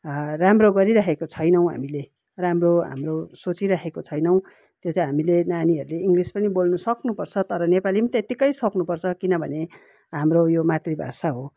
राम्रो गरिराखेका छैनौँ हामीले राम्रो हाम्रो सोचिराखेको छैनौँ त्यो चाहिँ हामीले नानीहरूले इङ्ग्लिस पनि बोल्नु सक्नुपर्छ तर नेपाली पनि त्यतिकै सक्नुपर्छ किनभने हाम्रो यो मातृभाषा हो